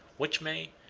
which may,